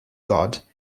god